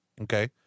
Okay